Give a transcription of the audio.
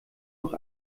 noch